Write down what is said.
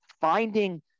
finding